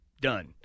done